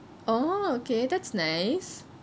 oh okay that's nice